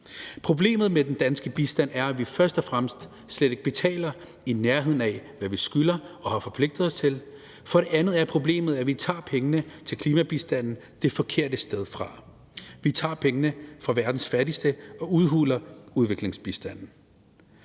Problemet med den danske bistand er, at vi for det første slet ikke betaler i nærheden af, hvad vi skylder og har forpligtet os til, og at vi for det andet tager pengene til klimabistanden det forkerte sted fra. Vi tager pengene fra verdens fattigste og udhuler udviklingsbistanden.